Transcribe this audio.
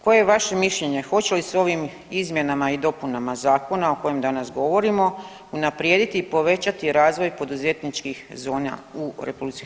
Koje je vaše mišljenje, hoće li se ovim izmjenama i dopunama Zakona o kojem danas govorimo unaprijediti i povećati razvoj poduzetničkih zona u RH?